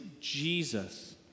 Jesus